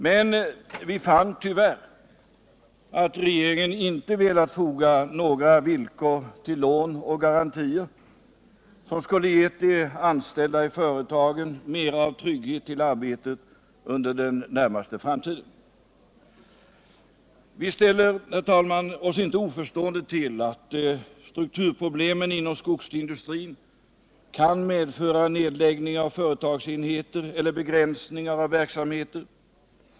Men vi fann tyvärr att regeringen inte velat foga några villkor till lån och garantier som skulle ha gett de anställda i företagen mera av trygghet i arbetet under den närmaste framtiden. Vi ställer oss inte oförstående till att strukturproblemen inom skogsindustrin kan medföra nedläggningar av företagsenheter eller begränsningar av verksamheten.